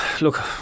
Look